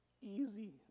easy